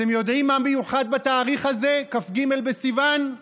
אתם יודעים מה מיוחד בתאריך הזה, כ"ג בסיוון?